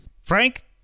Frank